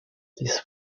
this